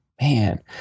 man